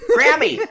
Grammy